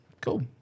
Cool